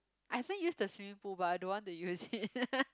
I think use the swimming pool but I don't want to use it